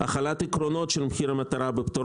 החלת עקרונות של מחיר המטרה בפטור